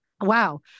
wow